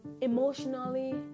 emotionally